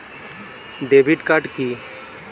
Debit card কি?